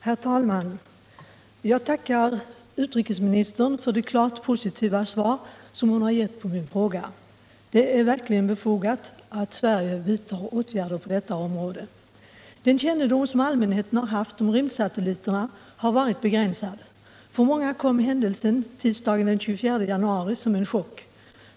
Herr talman! Jag tackar utrikesministern för det klart positiva svar hon har givit på min fråga, och jag vill betona att det verkligen är befogat att Sverige vidtar åtgärder på detta område. Den kännedom om rymdsatelliterna som allmänheten haft har varit begränsad. För många kom händelsen tisdagen den 24 januari som en chock.